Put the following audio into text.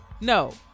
No